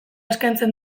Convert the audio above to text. eskaintzen